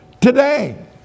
today